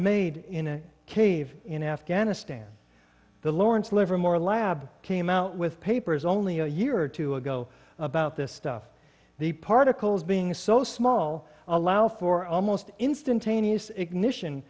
made in a cave in afghanistan the lawrence livermore lab came out with papers only a year or two ago about this stuff the particles being so small allow for almost instantaneous